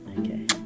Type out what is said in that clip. okay